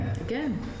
Again